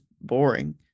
boring